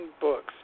books